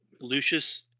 Lucius